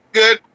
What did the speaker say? good